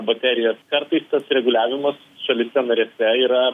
baterijas kartais tas reguliavimas šalyse narėse yra